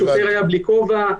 שוטר היה בלי כובע.